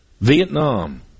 Vietnam